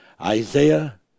isaiah